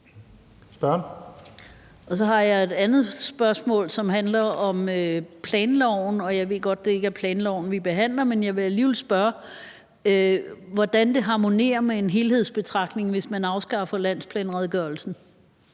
Så har jeg et andet spørgsmål, som handler om planloven. Jeg ved godt, at det ikke er planloven, vi behandler, men jeg vil alligevel spørge, hvordan det harmonerer med en helhedsbetragtning, hvis man afskaffer landsplanredegørelsen.